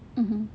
mmhmm